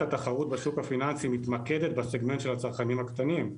התחרות בשוק הפיננסי מתמקדת בסגמנט של הצרכנים הקטנים.